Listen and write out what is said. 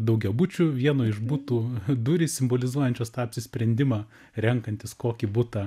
daugiabučių vieno iš butų durys simbolizuojančios tą apsisprendimą renkantis kokį butą